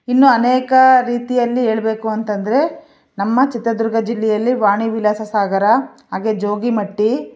ಇನ್ನೂ ಅನೇಕ ರೀತಿಯಲ್ಲಿ ಹೇಳಬೇಕು ಅಂತಂದರೆ ನಮ್ಮ ಚಿತ್ರದುರ್ಗ ಜಿಲ್ಲೆಯಲ್ಲಿ ವಾಣಿ ವಿಲಾಸ ಸಾಗರ ಹಾಗೇ ಜೋಗಿ ಮಟ್ಟಿ